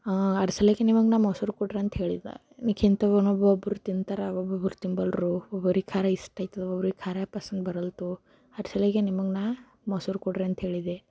ಅದ್ರ ಸಲೆಕಿ ನಿಮಗೆ ನಾ ಮೊಸರು ಕೊಡ್ರಿ ಅಂತ ಹೇಳಿದ್ದೆ ಒಬ್ಬೊಬ್ರು ತಿಂತಾರೆ ಒಬ್ಬೊಬ್ರು ತಿನ್ನೋಲ್ರು ಒಬ್ಬೊಬ್ರಿಗೆ ಖಾರ ಇಷ್ಟಾಗ್ತದೆ ಒಬ್ಬೊಬ್ರಿಗೆ ಖಾರ ಪಸಂದ ಬರೋಲ್ತು ಅದ್ರ ಸಲಿಗೆ ನಿಮಗೆ ನಾ ಮೊಸರು ಕೊಡ್ರಿ ಅಂತ ಹೇಳಿದ್ದೆ